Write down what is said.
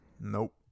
Nope